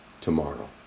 tomorrow